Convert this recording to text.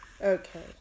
Okay